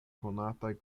konataj